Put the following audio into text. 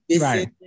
right